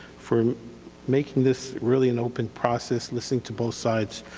for making this really an open process, listening to both sides,